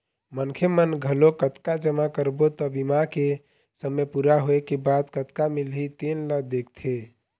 मनखे मन घलोक कतका जमा करबो त बीमा के समे पूरा होए के बाद कतका मिलही तेन ल देखथे